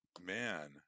man